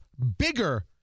bigger